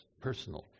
personal